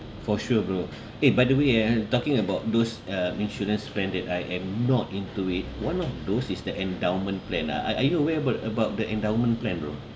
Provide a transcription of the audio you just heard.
for sure bro eh by the way ah talking about those uh insurance plan that I am not into it one of those is the endowment plan ah are are you aware ~ bout about the endowment plan bro